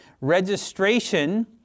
Registration